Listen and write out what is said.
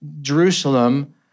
Jerusalem